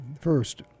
first